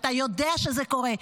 ואתה יודע שזה קורה,